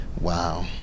Wow